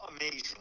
Amazing